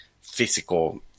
physical